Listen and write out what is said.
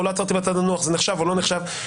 או לא עצרתי בצד לנוח זה נחשב או לא נחשב?